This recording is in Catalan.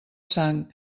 sang